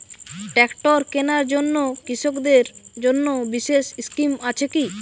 Tractor কেনার জন্য কৃষকদের জন্য বিশেষ স্কিম আছে কি?